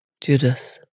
Judith